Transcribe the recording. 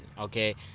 okay